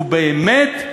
ובאמת,